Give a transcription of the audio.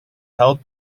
held